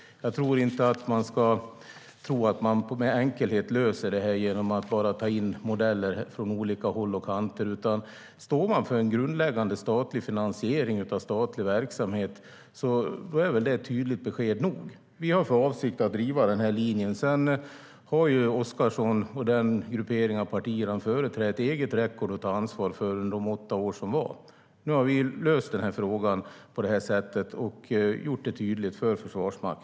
Man ska inte tro att man löser det med enkelhet genom att bara ta in modeller från olika håll och kanter. Om man står för en grundläggande statlig finansiering av statlig verksamhet är det väl tydligt besked nog. Vi har för avsikt att driva den här linjen. Oscarsson och den gruppering av partier han företräder har ett eget record att ta ansvar för med de åtta år som har gått. Nu har vi löst frågan på det här sättet och gjort det tydligt för Försvarsmakten.